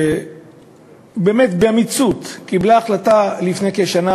באמת באומץ, קיבלה לפני כשנה